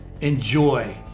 enjoy